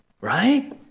right